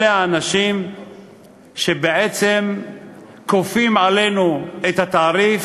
אלה האנשים שבעצם כופים עלינו את התעריף,